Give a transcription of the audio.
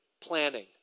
planning